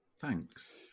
Thanks